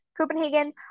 Copenhagen